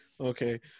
Okay